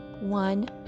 one